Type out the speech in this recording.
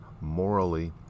morally